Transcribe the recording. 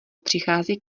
přichází